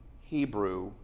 Hebrew